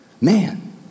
Man